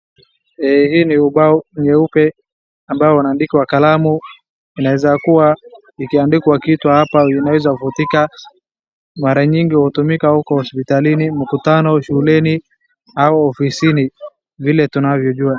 Hii ni ubao nyeupe ambayo wanaandika na kalamu inaeza kuwa ikiandikwa kitu hapa inaeza futika, mara mnyingi hutumika huko hospitalini, mkutano, shuleni au ofisini vile tunavyojua.